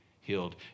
healed